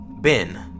Ben